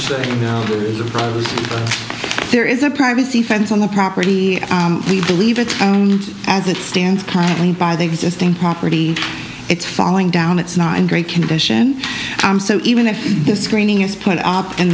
y there is a privacy fence on the property we believe it's own as it stands currently by the existing property it's falling down it's not in great condition i'm so even if the screening is put